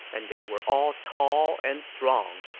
and they were all tall and strong.